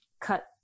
cut